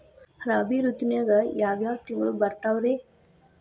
ರಾಬಿ ಋತುವಿನಾಗ ಯಾವ್ ಯಾವ್ ತಿಂಗಳು ಬರ್ತಾವ್ ರೇ?